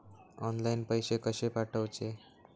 Online पैसे कशे पाठवचे?